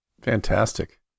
Fantastic